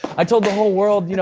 i told the whole world, you know